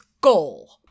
goal